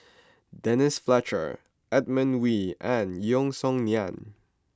Denise Fletcher Edmund Wee and Yeo Song Nian